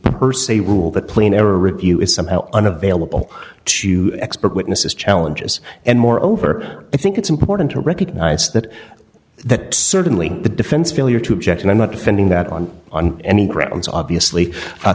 per se rule that plane error review is somehow unavailable to expert witnesses challenges and more over i think it's important to recognize that that certainly the defense failure to object and i'm not defending that on on any grounds obviously